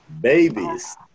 Babies